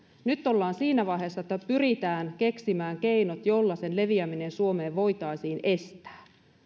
nyt ollaan siinä vaiheessa että että pyritään keksimään keinot joilla sen leviäminen suomeen voitaisiin estää